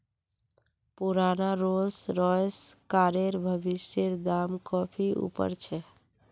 पुराना Rolls Royce कारेर भविष्येर दाम काफी ऊपर छे